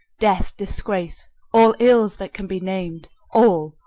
death, disgrace, all ills that can be named, all,